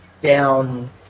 down –